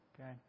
Okay